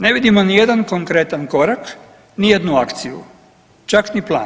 Ne vidimo ni jedan konkretan korak, ni jednu akciju, čak ni plan.